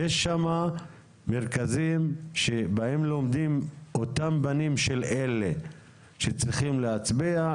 יש שמה מרכזים שבהם לומדים אותם בנים של אלה שצריכים להצביע,